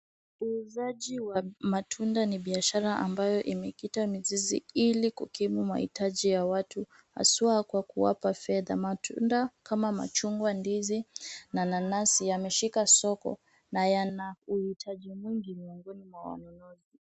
Uuzaji wa matunda ni biashara ambayo imekita mizizi ili kukimu mahitaji ya watu haswa kwa kuwapa fedha. Matunda kama machungwa, ndizi na nanasi yameshika soko na yana uhitaji mwingi miongoni mwa wanunuzi.